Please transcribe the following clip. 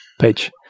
page